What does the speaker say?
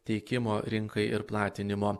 teikimo rinkai ir platinimo